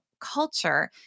culture